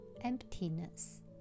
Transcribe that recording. emptiness